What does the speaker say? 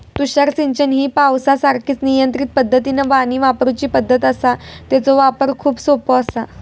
तुषार सिंचन ही पावसासारखीच नियंत्रित पद्धतीनं पाणी वापरूची पद्धत आसा, तेचो वापर खूप सोपो आसा